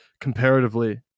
comparatively